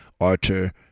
Archer